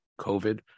COVID